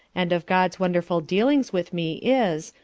and of god's wonderful dealings with me, is,